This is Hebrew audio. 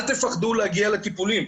אל תפחדו להגיע לטיפולים,